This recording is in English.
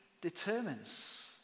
determines